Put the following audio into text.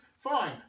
Fine